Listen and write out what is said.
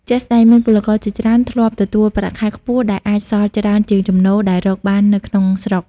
ជាក់ស្ដែងមានពលករជាច្រើនធ្លាប់ទទួលប្រាក់ខែខ្ពស់ ដែលអាចសល់ច្រើនជាងចំណូលដែលរកបាននៅក្នុងស្រុក។